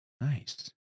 Nice